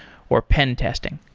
or pen testing?